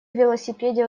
велосипеде